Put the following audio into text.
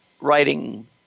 writing